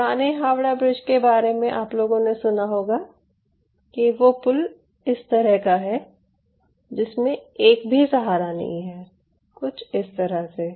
पुराने हावड़ा ब्रिज के बारे में आप लोगों ने सुना होगा कि वो पुल इस तरह का है जिसमे एक भी सहारा नहीं है कुछ इस तरह से